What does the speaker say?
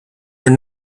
were